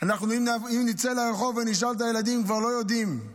אם נצא לרחוב ונשאל את הילדים, הם כבר לא יודעים.